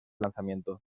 lanzamiento